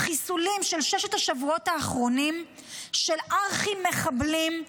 והחיסולים של ששת השבועות האחרונים של ארכי-מחבלים,